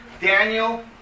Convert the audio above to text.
Daniel